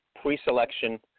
pre-selection